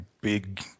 big